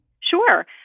Sure